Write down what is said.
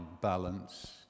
balance